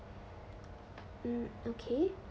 mm okay